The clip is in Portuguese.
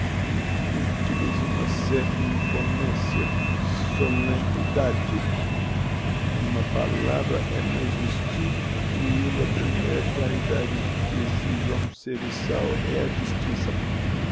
incute lhes uma certa imponencia solemnidade n'uma palavra é mais distincto e eu a primeira qualidade que exijo a um serviçal é a distincção